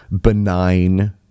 benign